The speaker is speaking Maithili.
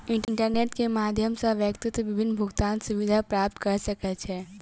इंटरनेट के माध्यम सॅ व्यक्ति विभिन्न भुगतान सुविधा प्राप्त कय सकै छै